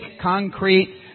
concrete